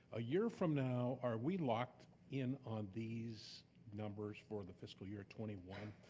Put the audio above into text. a year from now, are we locked in on these numbers for the fiscal year twenty one?